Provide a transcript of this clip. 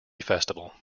festival